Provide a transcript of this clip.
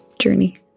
journey